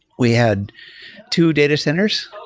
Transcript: we had two data centers.